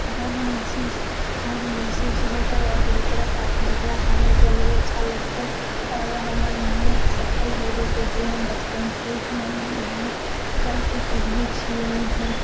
गर्व महसूस गर्व महसूस होतै आओर जकरा जकरा कारणसे हमरो अच्छा लागतै आओर हमर मेहनत सफल हो जेतै जे हम बचपन से मेहनत करिके पढ़ले छियै